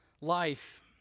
life